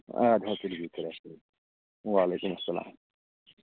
اَدٕ حظ تُلِو بِہِو خۄدایَس وعلیکُم السلام